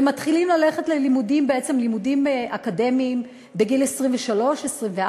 ומתחילים לימודים אקדמיים בגיל 24-23,